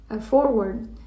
forward